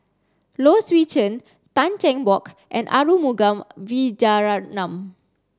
Low Swee Chen Tan Cheng Bock and Arumugam Vijiaratnam